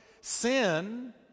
Sin